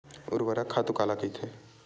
ऊर्वरक खातु काला कहिथे?